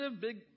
big